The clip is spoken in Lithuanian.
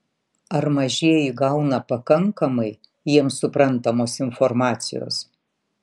ar mažieji gauna pakankamai jiems suprantamos informacijos